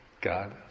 God